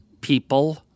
people